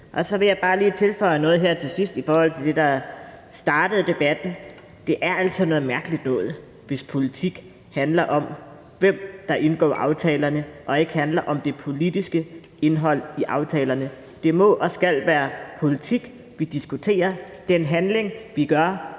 Jeg vil så bare lige tilføje noget her til sidst i forhold til det, der startede debatten, altså at det er noget mærkeligt noget, hvis politik handler om, hvem der indgår aftalerne, og ikke handler om det politiske indhold i aftalerne. Det må og skal være politik, vi diskuterer, og den handling, vi gør,